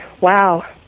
wow